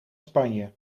spanje